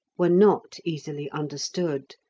were not easily understood,